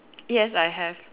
yes I have